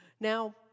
Now